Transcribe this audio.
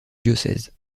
diocèse